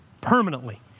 Permanently